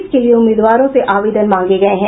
इसके लिये उम्मीदवारों से आवेदन मांगे गये हैं